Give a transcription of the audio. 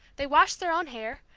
they washed their own hair.